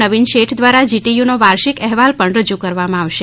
નવિન શેઠ દ્વારા જીટીયુનો વાર્ષીક અહેવાલ પણ રજૂ કરવામાં આવશે